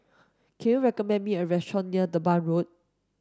can you recommend me a restaurant near Durban Road